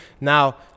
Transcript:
Now